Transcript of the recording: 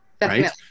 Right